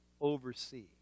oversee